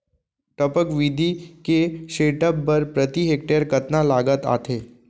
टपक विधि के सेटअप बर प्रति हेक्टेयर कतना लागत आथे?